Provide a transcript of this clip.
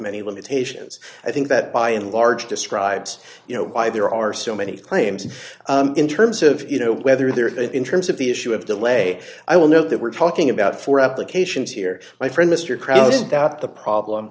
many limitations i think that by and large describes you know why there are so many claims in terms of you know whether there is in terms of the issue of delay i will know that we're talking about four applications here my friend mr president that the problem